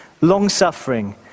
long-suffering